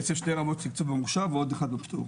בעצם שתי רמות של תקצוב במוכש"ר ועוד אחד בפטור,